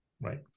right